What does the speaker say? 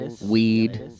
Weed